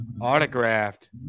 autographed